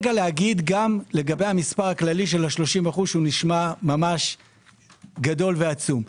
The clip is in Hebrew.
לגבי המספר הכללי של ה-30% שנשמע גדול ועצום.